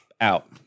out